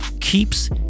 keeps